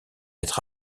être